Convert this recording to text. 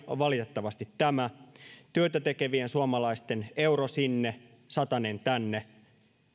valitettavasti tämä työtä tekevien suomalaisten euro sinne satanen tänne